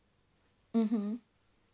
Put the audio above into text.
mmhmm